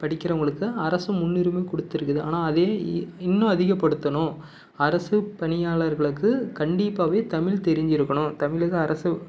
படிக்கிறவங்களுக்கு அரசு முன்னுரிமை கொடுத்துருக்குது ஆனால் அதே இ இன்னும் அதிகப்படுத்தணும் அரசு பணியாளர்களுக்கு கண்டிப்பாகவே தமிழ் தெரிஞ்சிருக்கணும் தமிழக அரசு